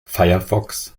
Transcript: firefox